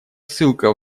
ссылка